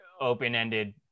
open-ended